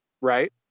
right